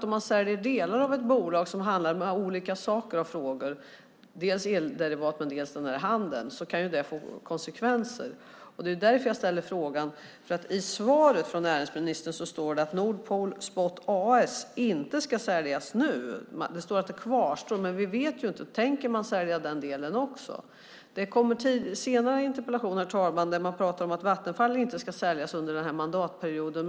Om man säljer delar av ett bolag som har hand om olika saker, dels elderivat, dels den här handeln, är det klart att det kan få konsekvenser. Det är därför jag ställer frågan. I svaret från näringsministern står det att Nord Pool Spot AS inte ska säljas nu. Det står att det kvarstår. Men vi vet ju inte. Tänker man sälja den delen också? Det kommer en senare interpellation, herr talman, där man pratar om att Vattenfall inte ska säljas under den här mandatperioden.